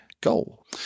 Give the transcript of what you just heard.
goal